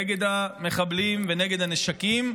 נגד המחבלים ונגד הנשקים,